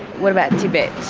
what about tibet?